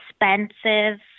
expensive